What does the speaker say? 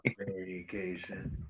Vacation